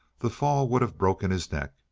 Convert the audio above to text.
the fall would have broken his neck.